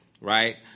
Right